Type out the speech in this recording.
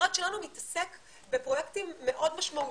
המשרד שלנו מתעסק בפרויקטים מאוד משמעותיים.